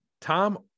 Tom